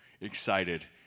excited